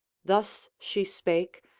thus she spake,